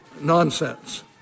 nonsense